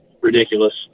ridiculous